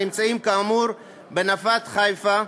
הנמצאים כאמור בנפת חיפה,